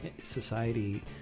society